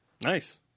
Nice